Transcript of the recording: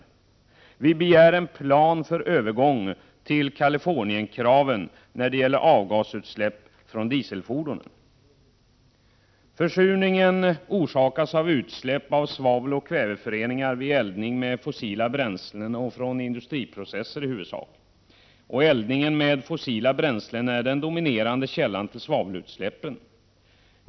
Vi begär en plan för övergång till Kalifornienkraven för avgasutsläpp från dieselfordon. Försurningen orsakas av utsläpp av svaveloch kväveföreningar vid eldning med fossila bränslen samt från industriprocesser, i huvudsak. Eldningen med fossila bränslen är den dominerande källan till svavelutsläppen.